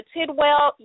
Tidwell